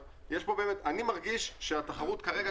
אבל אני מרגיש שהתחרות כרגע,